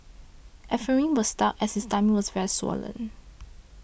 Ephraim was stuck as his tummy was very swollen